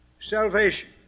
salvation